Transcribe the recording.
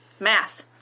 Math